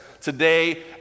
today